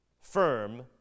firm